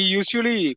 usually